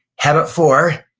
habit four.